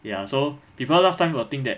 ya so before last time you will think that